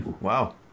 Wow